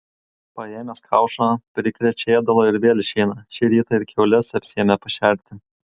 paėmęs kaušą prikrečia ėdalo ir vėl išeina šį rytą ir kiaules apsiėmė pašerti